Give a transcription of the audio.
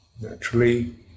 naturally